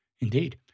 Indeed